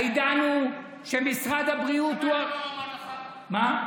העידן הוא שמשרד הבריאות הוא, שמעת